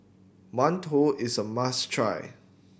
Mantou is a must try